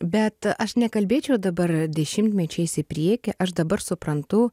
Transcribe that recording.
bet aš nekalbėčiau dabar dešimtmečiais į priekį aš dabar suprantu